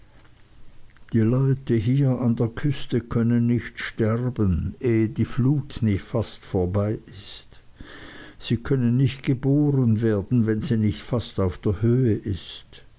die leute hier an der küste können nicht sterben ehe die flut nicht fast vorbei ist sie können nicht geboren werden wenn sie nicht fast auf der höhe ist